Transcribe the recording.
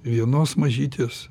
vienos mažytės